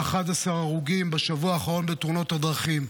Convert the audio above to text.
11 הרוגים בשבוע האחרון בתאונות הדרכים.